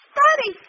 Study